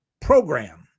program